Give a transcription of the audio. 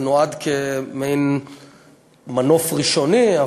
זה נועד להיות מעין מנוף ראשוני,